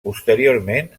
posteriorment